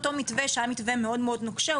המתווה היה מתווה מאוד מאוד נוקשה,